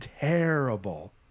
terrible